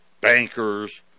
Bankers